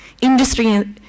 industry